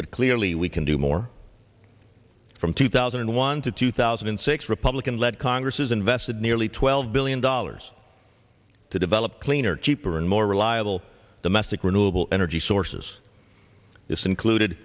but clearly we can do more from two thousand and one to two thousand and six republican led congress has invested nearly twelve billion dollars to develop cleaner cheaper and more reliable the messick renewable energy sources this included